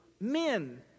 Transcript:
men